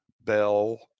Bell